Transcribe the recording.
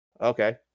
Okay